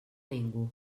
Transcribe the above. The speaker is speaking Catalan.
ningú